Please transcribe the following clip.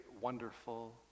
wonderful